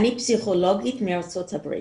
אני פסיכולוגית מארצות הברית.